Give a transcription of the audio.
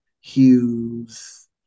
Hughes